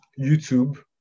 youtube